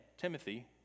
Timothy